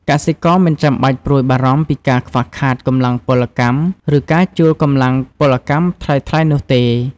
កសិករមិនចាំបាច់ព្រួយបារម្ភពីការខ្វះខាតកម្លាំងពលកម្ម ឬការជួលកម្លាំងពលកម្មថ្លៃៗនោះទេ។